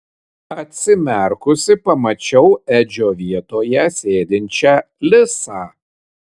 atsimerkusi pamačiau edžio vietoje sėdinčią lisą